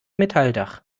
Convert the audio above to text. metalldach